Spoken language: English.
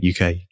UK